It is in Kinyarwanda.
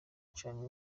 canke